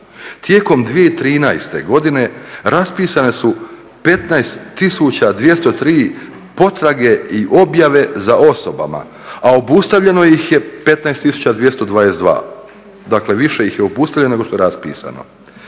tijekom 2013. godine raspisana su 15 tisuća 203 potrage i objave za osobama a obustavljeno ih je 15 tisuća 222, dakle više ih je obustavljeno nego što je raspisano.